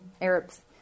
arabs